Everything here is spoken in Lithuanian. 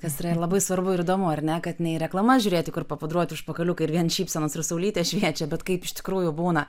kas yra ir labai svarbu ir įdomu ar ne kad ne į reklamas žiūrėti kur papudruoti užpakaliukai ir vien šypsenos ir saulytė šviečia bet kaip iš tikrųjų būna